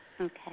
Okay